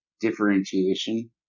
differentiation